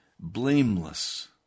blameless